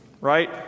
right